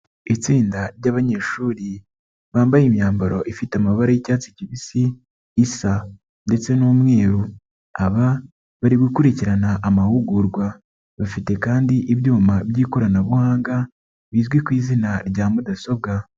Itsinda ry'abanyeshuri bambaye imyambaro ifite amabara y'icyatsi kibisi isa ndetse n'umweru, aba bari gukurikirana amahugurwa, bafite kandi ibyuma by'ikoranabuhanga bizwi ku izina rya mudasobwa.